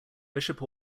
bishop